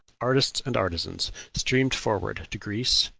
artists and artisans, streamed forward to greece,